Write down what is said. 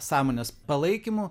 sąmonės palaikymu